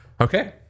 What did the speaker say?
Okay